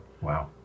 Wow